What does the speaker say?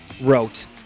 wrote